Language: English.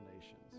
nations